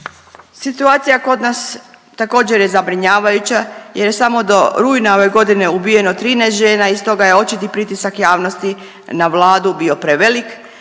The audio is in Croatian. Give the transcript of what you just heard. Situacija kod nas također je zabrinjavajuća jer je samo do rujna ove godine ubijeno 13 žena i stoga je očiti pritisak javnosti na Vladu bio prevelik